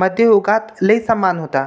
मध्ययुगात लई सन्मान होता